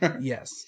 Yes